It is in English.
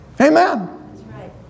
Amen